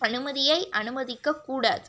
அனுமதியை அனுமதிக்கக் கூடாது